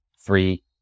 three